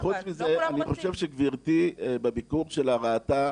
וחוץ מזה, אני חושב שגברתי, בביקור שלה, ראתה